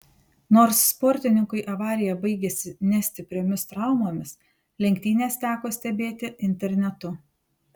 nors sportininkui avarija baigėsi ne stipriomis traumomis lenktynes teko stebėti internetu